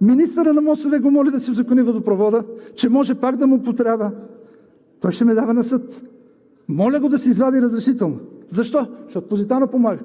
Министърът на МОСВ го моли да си узакони водопровода, че може пак да му потрябва – той ще ме дава на съд?! Моля го да си извади разрешително. Защо? Защото „Позитано“ помага.